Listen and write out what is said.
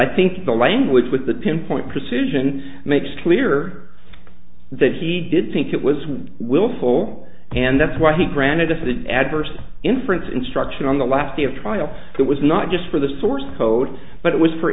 i think the language with the pinpoint precision makes clear that he did think it was willful and that's why he granted if it an adverse inference instruction on the last day of trial it was not just for the source code but it was for